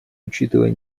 учитывая